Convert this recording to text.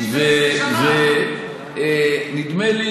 נדמה,